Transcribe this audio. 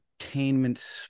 entertainment